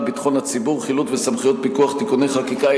ביטחון הציבור (חילוט וסמכויות פיקוח) (תיקוני חקיקה),